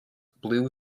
blue